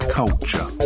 culture